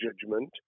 judgment